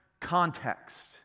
context